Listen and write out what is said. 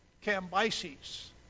Cambyses